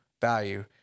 value